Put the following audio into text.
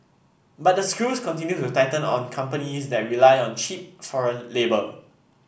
but the screws continue to tighten on companies that rely on cheap foreign labour